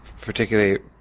particularly